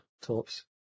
torps